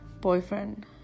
boyfriend